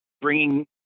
bringing